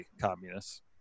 communists